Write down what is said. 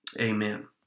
Amen